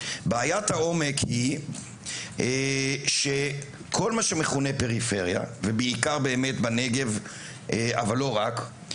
בעיית העומק היא כל מה שמכונה פריפריה ובעיקר באמת בנגב אבל לא רק,